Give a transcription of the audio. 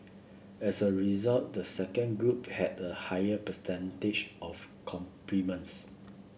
as a result the second group had a higher percentage of compliments